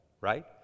right